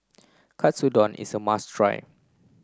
Katsudon is a must try